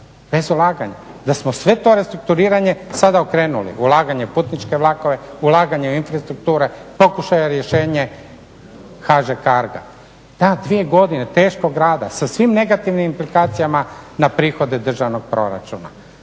bez ulaganja, da smo sve to restrukturiranje sada okrenuli. Ulaganje u putničke vlakove, ulaganje u infrastrukture, pokušaja rješenja HŽ Carga. Da, dvije godine teškog rada sa svim negativnim implikacijama na prihode državnog proračuna.